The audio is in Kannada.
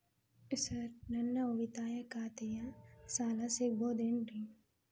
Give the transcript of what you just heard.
ಸರ್ ನನ್ನ ಉಳಿತಾಯ ಖಾತೆಯ ಸಾಲ ಸಿಗಬಹುದೇನ್ರಿ?